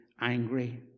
angry